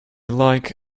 like